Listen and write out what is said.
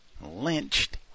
Lynched